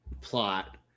plot